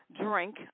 drink